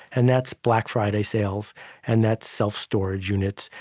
and that's black friday sales and that's self-storage units.